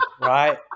right